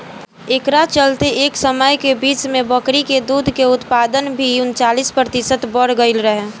एकरा चलते एह समय के बीच में बकरी के दूध के उत्पादन भी उनचालीस प्रतिशत बड़ गईल रहे